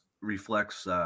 reflects